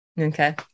Okay